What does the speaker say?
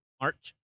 march